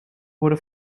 wurde